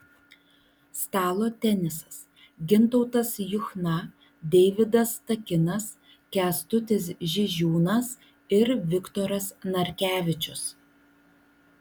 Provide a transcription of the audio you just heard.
stalo tenisas gintautas juchna deividas takinas kęstutis žižiūnas ir viktoras narkevičius